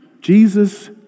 Jesus